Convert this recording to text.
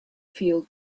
feel